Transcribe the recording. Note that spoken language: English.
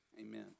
Amen